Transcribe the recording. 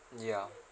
ya